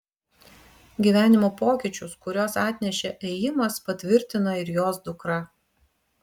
gyvenimo pokyčius kuriuos atnešė ėjimas patvirtina ir jos dukra